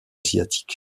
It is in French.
asiatique